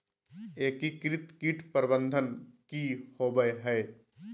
एकीकृत कीट प्रबंधन की होवय हैय?